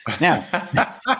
Now